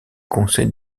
conseil